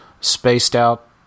spaced-out